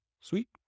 Sweet